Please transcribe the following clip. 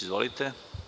Izvolite.